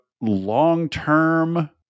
long-term